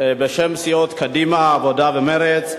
בשם סיעות קדימה, העבודה ומרצ,